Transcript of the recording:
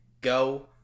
go